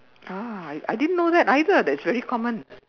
ah I didn't know that either that's very common